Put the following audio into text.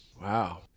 Wow